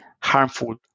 harmful